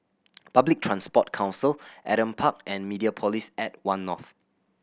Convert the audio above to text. Public Transport Council Adam Park and Mediapolis at One North